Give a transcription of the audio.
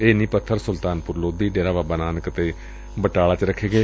ਇਹ ਨੀਂਹ ਪੱਬਰ ਸੁਲਤਾਨਪੁਰ ਲੋਧੀ ਡੇਰਾ ਬਾਬਾ ਨਾਨਕ ਅਤੇ ਬਟਾਲਾ ਚ ਰੱਖੇ ਗਏ